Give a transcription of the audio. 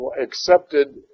accepted